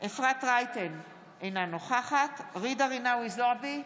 אפרת רייטן מרום, אינה נוכחת ג'ידא רינאוי זועבי,